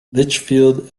litchfield